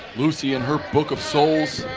lucy and her book of souls